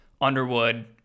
Underwood